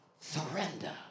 surrender